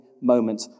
moment